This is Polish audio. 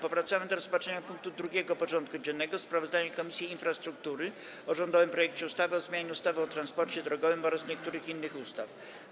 Powracamy do rozpatrzenia punktu 2. porządku dziennego: Sprawozdanie Komisji Infrastruktury o rządowym projekcie ustawy o zmianie ustawy o transporcie drogowym oraz niektórych innych ustaw.